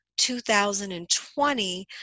2020